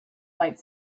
might